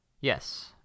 Yes